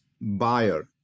buyer